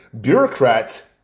bureaucrats